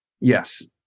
Yes